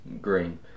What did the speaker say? Green